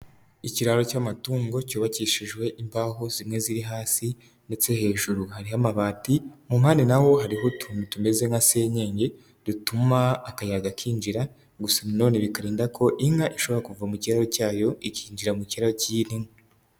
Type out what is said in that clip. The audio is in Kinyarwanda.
Ikiraro cy'amatungo cyubakishijwe imbaho, zimwe ziri hasi ndetse hejuru hariho amabati, mu mpande naho hariho utuntu tumeze nka senyenge, dutuma akayaga kinjira, gusa nanoneo bikarinda ko inka ishobora kuva mu kiro cyayo, ikinjira mu kiraro cy'iyindi inka.